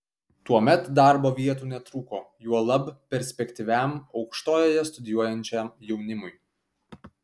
tuomet darbo vietų netrūko juolab perspektyviam aukštojoje studijuojančiam jaunimui